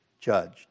judged